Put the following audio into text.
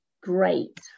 great